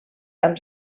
amb